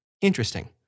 interesting